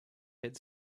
had